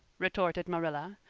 retorted marilla.